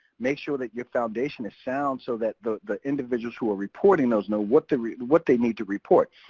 make sure that your foundation is sound, so that the the individuals who are reporting those know what they what they need to report.